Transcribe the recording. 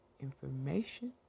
information